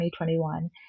2021